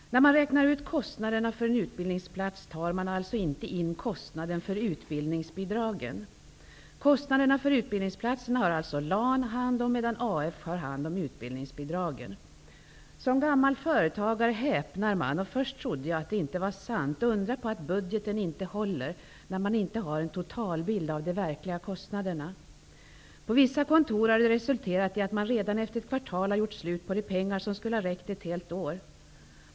När man räknar ut kostnaden för en utbildningsplats tar man alltså inte med kostnaden för utbildningsbidragen. Kostnaden för utbildningsplatserna har länsarbetsnämnderna hand om, medan arbetsförmedlingarna har hand om utbildningsbidragen. Som gammal företagare häpnar man, och först trodde jag att det inte var sant. Undra på att budgeten inte håller, när man inte har en totalbild av de verkliga kostnaderna. På vissa kontor har det resulterat i att man redan efter ett kvartal har gjort slut på de pengar som skulle ha räckt ett helt år.